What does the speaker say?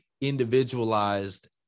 individualized